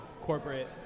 corporate